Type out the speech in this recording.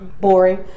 boring